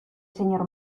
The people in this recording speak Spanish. señor